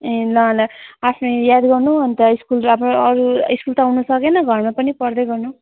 ए ल ल आफ्नो याद गर्नू अनि त स्कुल राम्रो अरू स्कुल त आउन सकेन घरमा पनि पढ्दै गर्नू